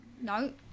No